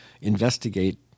investigate